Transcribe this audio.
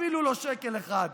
אפילו לא שקל אחד.